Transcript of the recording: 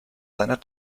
seiner